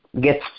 get